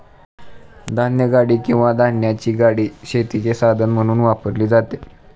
धान्यगाडी किंवा धान्याची गाडी शेतीचे साधन म्हणून वापरली जाते